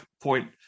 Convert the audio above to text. point